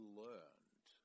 learned